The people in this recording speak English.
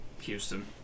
Houston